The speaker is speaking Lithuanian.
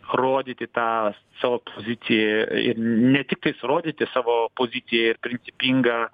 rodyti tą savo poziciją ir ne tiktais rodyti savo poziciją ir principingą